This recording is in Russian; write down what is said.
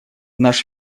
наш